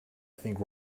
think